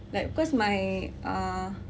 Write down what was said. like because my uh